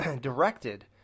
directed